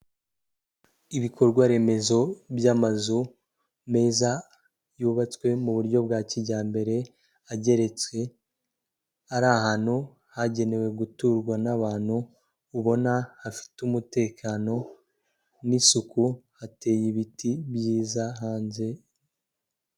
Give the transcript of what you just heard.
Ibikorwa remezo by'amazu meza yubatswe mu buryo bwa kijyambere ageretse, ari ahantu hagenewe guturwa n'abantu ubona hafite umutekano n'isuku, hateye ibiti byiza hanze.